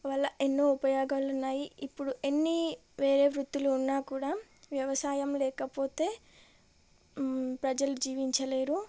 వల్ల ఎన్నో ఉపయోగాలు ఉన్నాయి ఇప్పుడు ఎన్ని వేరే వృత్తులు ఉన్నా కూడా వ్యవసాయం లేకపోతే ప్రజలు జీవించలేరు